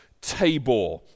Tabor